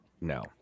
no